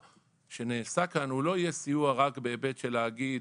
שהסיוע שנעשה כאן לא יהיה סיוע רק בהיבט של להגיד,